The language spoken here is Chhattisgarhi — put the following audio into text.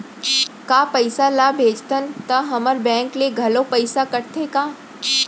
का पइसा ला भेजथन त हमर बैंक ले घलो पइसा कटथे का?